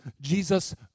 Jesus